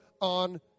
on